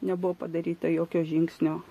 nebuvo padaryta jokio žingsnio